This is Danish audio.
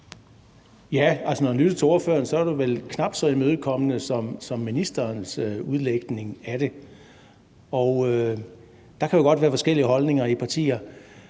Altså, når man lytter til ordføreren, er han vel knap så imødekommende, som ministeren var det med sin udlægning af det. Der kan jo godt være forskellige holdninger i partier,